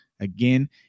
Again